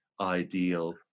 ideal